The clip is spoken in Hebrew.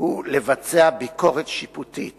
הוא לבצע ביקורת שיפוטית